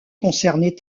concernait